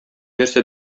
нәрсә